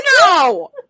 No